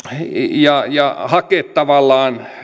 ja ja hakea tavallaan